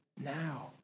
now